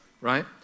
Right